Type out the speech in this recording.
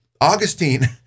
Augustine